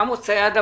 עומס ציאדה,